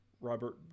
Robert